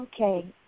okay